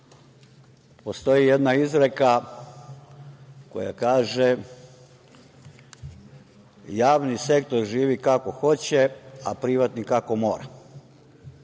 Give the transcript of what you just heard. postoji jedna izreka koja kaže „javni sektor živi kako hoće, a privatni kako mora“.